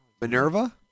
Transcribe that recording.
Minerva